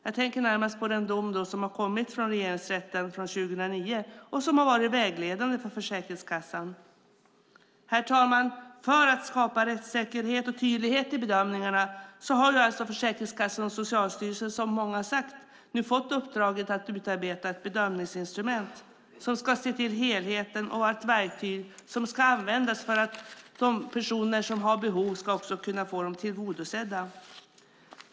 Jag tänker närmast på den dom som kom från Regeringsrätten 2009 och som har varit vägledande för Försäkringskassan. Herr talman! För att skapa rättsäkerhet och tydlighet i bedömningarna har Försäkringskassan och Socialstyrelsen, som många redan har sagt, nu fått uppdraget att utarbeta ett bedömningsinstrument som ska se till helheten och vara ett verktyg som ska användas för att de personer som har behov ska kunna få dem tillgodosedda.